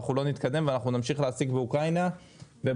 אנחנו לא נתקדם ואנחנו נמשיך להעסיק באוקראינה ובפיליפינים